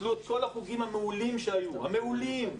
ביטלו את כל החוגים המעולים שהיו, המעולים,